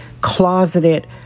closeted